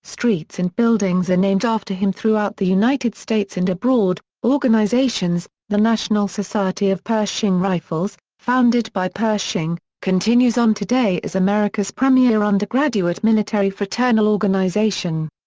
streets and buildings are named after him throughout the united states and abroad organizations the national society of pershing rifles, founded by pershing, continues on today as america's premier undergraduate military fraternal organization.